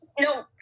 No